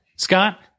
Scott